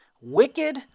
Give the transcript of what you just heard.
wicked